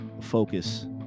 focus